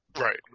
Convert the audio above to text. Right